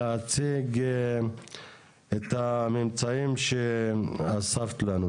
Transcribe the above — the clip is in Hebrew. להציג את הממצאים שאספת לנו.